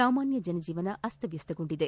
ಸಾಮಾನ್ಯ ಜನಜೀವನ ಅಸ್ತವ್ಯಸ್ತಗೊಂಡಿದೆ